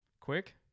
Quick